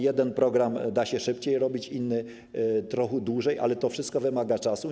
Jeden program da się szybciej realizować, inny trochę dłużej, ale to wszystko wymaga czasu.